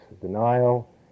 denial